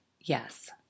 Yes